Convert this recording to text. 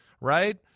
right